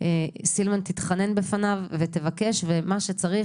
סילמן תתחנן בפניו ותבקש ומה שצריך.